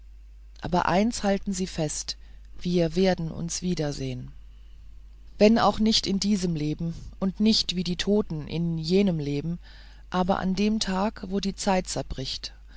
aber eins halten sie fest wir werden uns wiedersehen wenn auch nicht in diesem leben und nicht wie die toten in jenem leben aber an dem tag wo die zeit zerbricht